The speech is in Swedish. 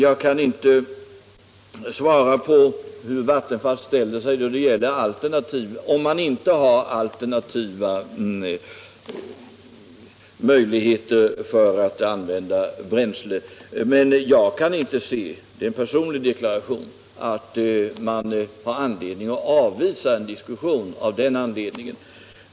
Jag kan inte svara på hur Vattenfall ställer sig om man inte har alternativa möjligheter att använda bränsle, men jag kan inte — det är en personlig deklaration — se att man har anledning att avvisa tanken på en diskussion av den anledningen.